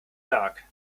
dark